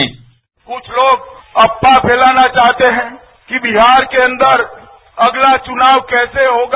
sound bite कुछ लोग अफवाह फैलाना चाहते हैं कि बिहार के अंदर अगला चुनाव कैसे होगा